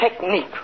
technique